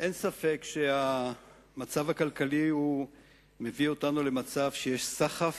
אין ספק שהמצב הכלכלי מביא אותנו למצב שיש סחף